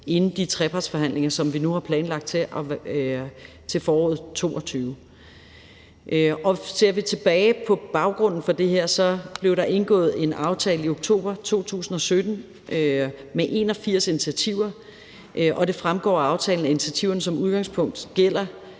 inden de trepartsforhandlinger, som vi nu har planlagt i foråret 2022. Ser vi tilbage på baggrunden for det her, blev der indgået en aftale i oktober 2017 med 81 initiativer. Det fremgår af aftalen, at initiativerne som udgangspunkt gælder